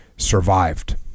Survived